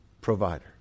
provider